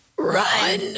Run